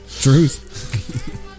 Truth